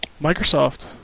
Microsoft